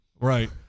right